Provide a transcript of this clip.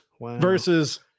versus